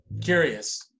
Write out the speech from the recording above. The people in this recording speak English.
Curious